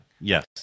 Yes